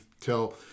tell